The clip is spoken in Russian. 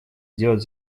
сделать